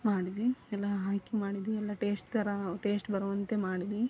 ಮಾಡಿದ್ವಿ ಎಲ್ಲ ಹಾಕಿ ಮಾಡಿದ್ವಿ ಎಲ್ಲ ಟೇಸ್ಟ್ ಥರ ಟೇಸ್ಟ್ ಬರುವಂತೆ ಮಾಡಿದ್ವಿ